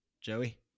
Joey